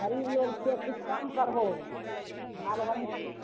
गरीब लोग छियै किछु कम करहो बाल बढ़िआँ से